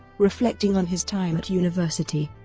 reflecting on his time at university,